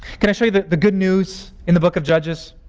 it. can i show you the the good news in the book of judges?